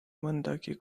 mõndagi